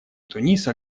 туниса